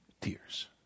Tears